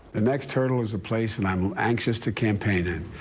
the next hurdle is a place, and i'm anxious to campaign it.